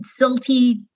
silty